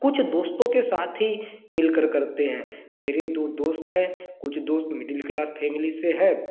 कुछ दोस्तों के साथ ही मिलकर करते हैं मेरे दो दोस्त हैं कुछ दोस्त मिडिल क्लास फैमिली से हैं